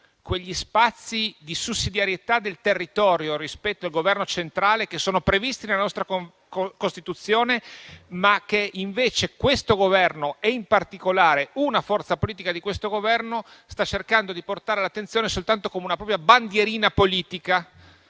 quegli spazi di sussidiarietà del territorio rispetto al Governo centrale, che sono previsti nella nostra Costituzione, ma che invece questo Governo, in particolare una forza politica di questo Governo, sta cercando di portare all'attenzione soltanto come una propria bandierina politica,